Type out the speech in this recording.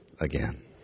again